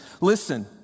listen